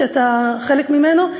שאתה חלק ממנו,